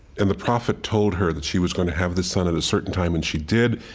and the prophet told her that she was going to have this son at a certain time and she did,